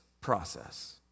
process